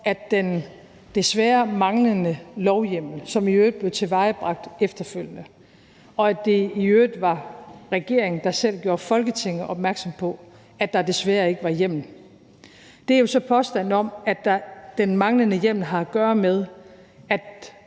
at den desværre manglende lovhjemmel – som i øvrigt blev tilvejebragt efterfølgende, og det var i øvrigt regeringen, der selv gjorde Folketinget opmærksom på, at der desværre ikke var hjemmel – har at gøre med, at minkene blev slået ned. Det